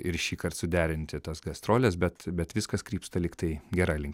ir šįkart suderinti tas gastroles bet bet viskas krypsta lyg tai gera lin